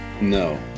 No